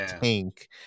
tank